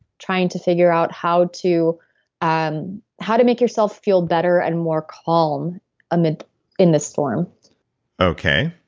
trying to figure out how to um how to make yourself feel better and more calm um in in the storm okay.